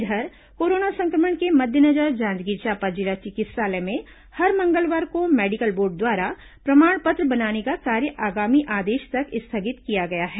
इधर कोरोना सं क्र मण के मद्देनजर जांजगीर चांपा जिला चिकित्सालय में हर मंगलवार को मेडिकल बोर्ड द्वारा प्रमाण पत्र बनाने का कार्य आगामी आदेश तक स्थगित किया गया है